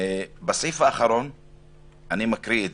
ובסעיף האחרון הוא אומר: